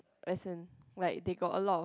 as in like they got a lot of